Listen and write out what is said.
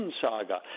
saga